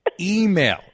email